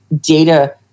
data